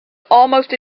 almost